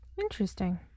Interesting